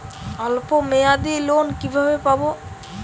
অল্প মেয়াদি লোন কিভাবে পাব?